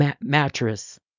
mattress